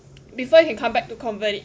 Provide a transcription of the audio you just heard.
before you can come back to convert it